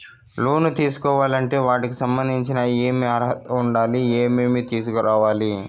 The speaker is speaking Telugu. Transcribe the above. లోను తీసుకోవాలి అంటే వాటికి సంబంధించి ఏమి అర్హత ఉండాలి, ఏమేమి తీసుకురావాలి